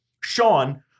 Sean